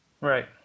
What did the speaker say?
Right